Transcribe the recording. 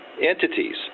entities